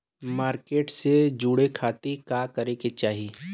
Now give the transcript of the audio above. Market से जुड़े खाती का करे के चाही?